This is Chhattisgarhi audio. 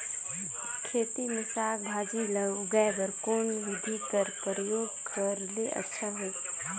खेती मे साक भाजी ल उगाय बर कोन बिधी कर प्रयोग करले अच्छा होयल?